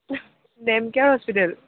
Nemcare hospital